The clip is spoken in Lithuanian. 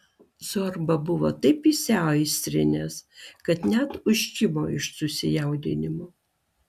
zorba buvo taip įsiaistrinęs kad net užkimo iš susijaudinimo